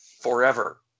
Forever